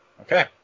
Okay